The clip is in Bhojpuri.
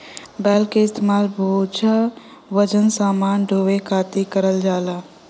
बैल क इस्तेमाल बोझा वजन समान ढोये खातिर करल जाला